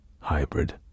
Hybrid